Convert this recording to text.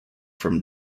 from